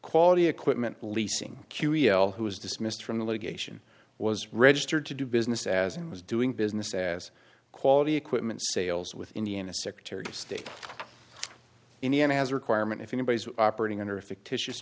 quality equipment leasing curio who was dismissed from the litigation was registered to do business as it was doing business as quality equipment sales with indiana secretary of state indiana has a requirement if anybody's operating under a fictitious